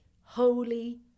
holy